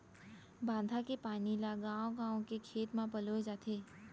बांधा के पानी ल गाँव गाँव के खेत म पलोए जाथे